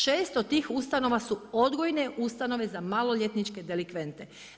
6 od tih ustanova su odgojne ustanove za maloljetničke delikvente.